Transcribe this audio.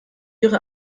ihre